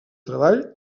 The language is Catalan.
treball